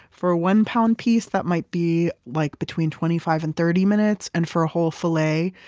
for a one-pound piece, that might be like between twenty five and thirty minutes and for a whole filet,